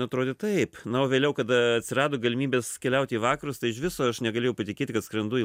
atrodė taip na o vėliau kada atsirado galimybės keliaut į vakarus tai iš viso aš negalėjau patikėti kad skrendu į